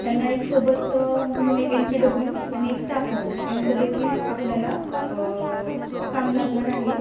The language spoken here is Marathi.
त्यांना एक सोबत म्हणून एक एम पी डब्ल्यू आणि एक स्टाफ नर्स यांचा देखील आपल्याला काम लागणार आहे